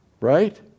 Right